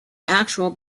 actual